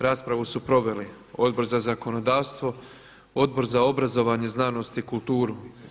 Raspravu su proveli Odbor za zakonodavstvo, Odbor za obrazovanje, znanost i kulturu.